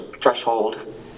threshold